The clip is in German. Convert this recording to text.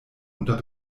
unter